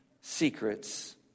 Secrets